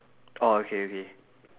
oh okay okay